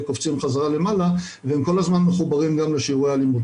קופצים בחזרה למעלה והם כל זמן מחוברים גם לשיעורי אלימות.